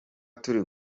turi